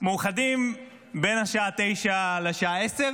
מאוחדים בין השעה 21:00 לשעה 22:00?